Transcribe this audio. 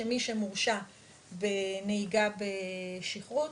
שמי שמורשע בנהיגה בשכרות,